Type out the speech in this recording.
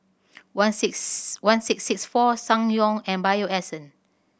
one six one six six four Ssangyong and Bio Essence